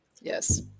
Yes